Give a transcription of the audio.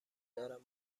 دارم